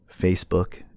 Facebook